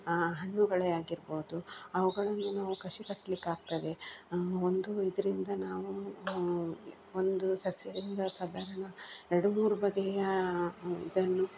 ಹಣ್ಣುಗಳೇ ಆಗಿರ್ಬೋದು ಅವುಗಳಿಗೆ ನಾವು ಕಸಿ ಕಟ್ಟಲಿಕ್ಕಾಗ್ತದೆ ಒಂದು ಇದರಿಂದ ನಾವು ಒಂದು ಸಸ್ಯದಿಂದ ಸಾಧಾರ್ಣ ಎರಡು ಮೂರು ಬಗೆಯ ಇದನ್ನು